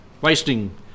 Wasting